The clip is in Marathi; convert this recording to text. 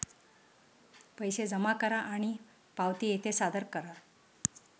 पैसे जमा करा आणि पावती येथे सादर करा